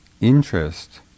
interest